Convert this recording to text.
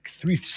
three